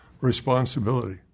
responsibility